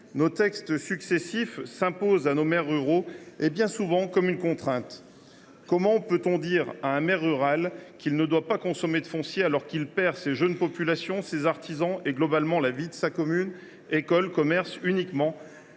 Nos textes successifs s’imposent à nos maires ruraux bien souvent comme une contrainte. Comment peut on dire à un maire rural qu’il ne doit pas consommer de foncier, alors qu’il perd sa jeune population, ses artisans, ses écoles et ses commerces, en un mot